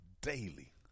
daily